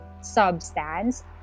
substance